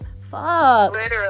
Fuck